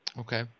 Okay